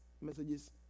messages